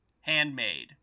Handmade